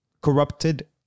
corrupted